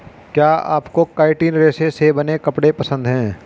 क्या आपको काइटिन रेशे से बने कपड़े पसंद है